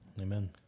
Amen